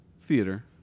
theater